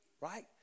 right